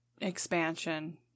expansion